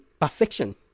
perfection